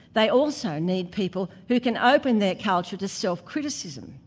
they also need people who can open their culture to self-criticism,